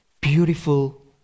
beautiful